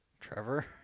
trevor